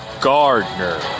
Gardner